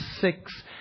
six